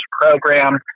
program